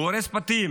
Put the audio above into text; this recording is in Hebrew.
הוא הורס בתים